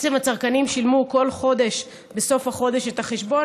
הצרכנים שילמו כל חודש בסוף החודש את החשבון,